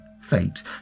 fate